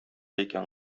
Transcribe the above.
икән